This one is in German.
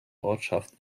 ortschaft